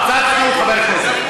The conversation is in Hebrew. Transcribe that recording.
קצת צניעות, חבר הכנסת.